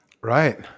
right